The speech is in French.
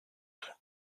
dont